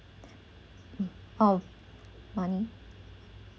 mm how money